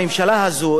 הממשלה הזאת,